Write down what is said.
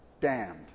damned